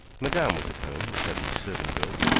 madame was at home, said the servant-girl,